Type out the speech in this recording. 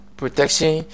protection